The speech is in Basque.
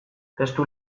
testu